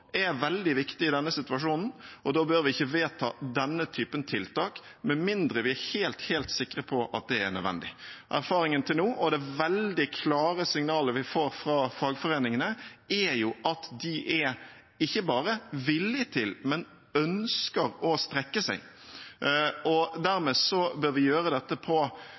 er veldig viktig i denne situasjonen, og da bør vi ikke vedta denne typen tiltak med mindre vi er helt, helt sikre på at det er nødvendig. Erfaringen til nå og det veldig klare signalet vi får fra fagforeningene, er at man ikke bare er villig til, men ønsker å strekke seg. Dermed bør vi gjøre dette på